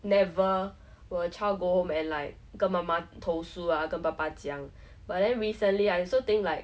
never will a child go home and like 跟妈妈投诉啊跟爸爸讲 but then recently I also think like